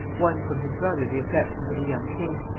won from his brother the affections of the young king,